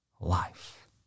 life